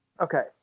Okay